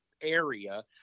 area